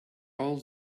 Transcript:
all